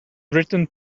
written